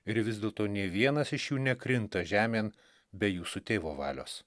ir vis dėlto nė vienas iš jų nekrinta žemėn be jūsų tėvo valios